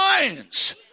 minds